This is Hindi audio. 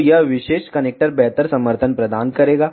तो यह विशेष कनेक्टर बेहतर समर्थन प्रदान करेगा